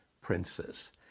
princess